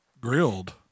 grilled